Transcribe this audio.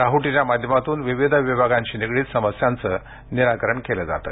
राहुटीच्या माध्यमातून विविध विभागांशी निगडित समस्यांचे निराकरण केले जाते